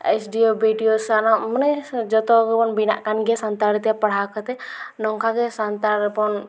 SDO BDO ᱥᱟᱱᱟᱢ ᱢᱟᱱᱮ ᱡᱚᱛᱚᱜᱮᱵᱚᱱ ᱵᱮᱱᱟᱜ ᱠᱟᱱᱜᱮᱭᱟ ᱥᱟᱱᱛᱟᱲᱤ ᱛᱮ ᱯᱟᱲᱦᱟᱣ ᱠᱟᱛᱮᱫ ᱱᱚᱝᱠᱟ ᱜᱮ ᱥᱟᱱᱛᱟᱲ ᱨᱮᱵᱚᱱ